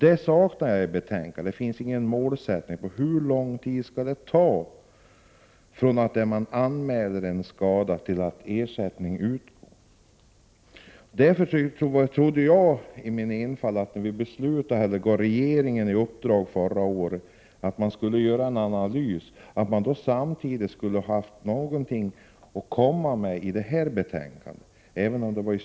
Jag saknar att det i betänkandet inte finns någon målsättning beträffande hur lång tid det skall få ta från det att man anmäler en skada tills ersättning utgår. Eftersom vi förra året — även om det var i slutet av året — fattade ett beslut och gav regeringen i uppdrag att göra en analys, trodde jag i min enfald att man samtidigt skulle ha någonting att komma med i det här betänkandet.